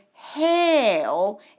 hail